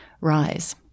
rise